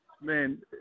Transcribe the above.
man